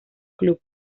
club